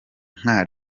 nka